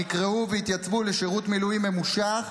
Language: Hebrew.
נקראו והתייצבו לשירות מילואים ממושך,